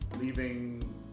leaving